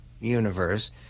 universe